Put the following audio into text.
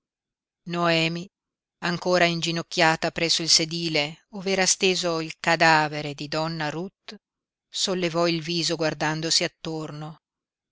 noemi ancora inginocchiata presso il sedile ov'era steso il cadavere di donna ruth sollevò il viso guardandosi attorno